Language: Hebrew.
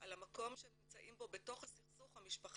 על המקום שהם נמצאים בו בתוך הסכסוך המשפחתי.